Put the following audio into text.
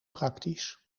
praktisch